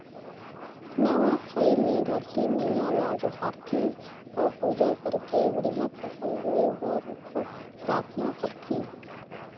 नवा खाई मे धरती मईयां ल जोहार थे अउ पूजा करके बड़िहा फसल होए बर पराथना करथे